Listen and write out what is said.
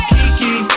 Kiki